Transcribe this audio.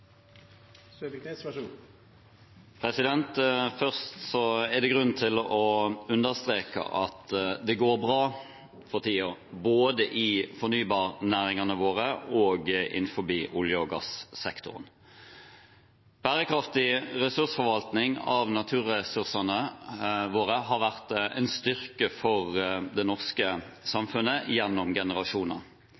det grunn til å understreke at det for tiden går bra både i fornybarnæringene våre og innenfor olje- og gassektoren. Bærekraftig ressursforvaltning av naturressursene har vært en styrke for det norske